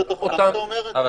למה אתה אומר את זה?